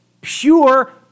Pure